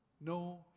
no